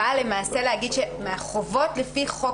באה למעשה להגיד שאנחנו גורעים מהחובות לפי חוק